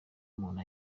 umuntu